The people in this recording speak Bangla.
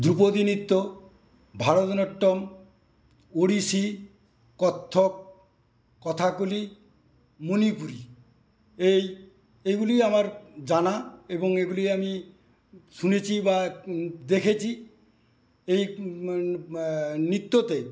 ধ্রপদি নৃত্য ভারতনাট্যম ওড়িশি কত্থক কথাকলি মণিপুরী এই এগুলি আমার জানা এবং এগুলি আমি শুনেছি বা দেখেছি এই নৃত্যতে